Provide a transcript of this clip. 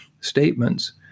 statements